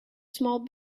small